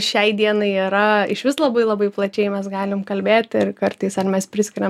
šiai dienai yra išvis labai labai plačiai mes galim kalbėt ir kartais ar mes priskiriam